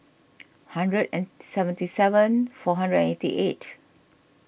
hundred seventy seven four hundred eighty eight